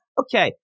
okay